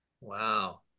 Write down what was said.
Wow